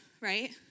right